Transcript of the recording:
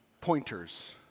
pointers